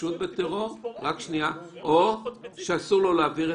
אחרת הוא לא היה עושה את